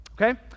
Okay